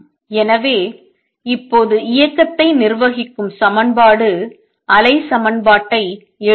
எனவே இப்போது இயக்கத்தை நிர்வகிக்கும் சமன்பாடு அலை சமன்பாட்டை எழுதுவோம்